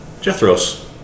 Jethro's